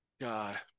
God